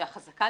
שהחזקה,